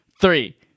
three